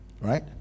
Right